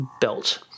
belt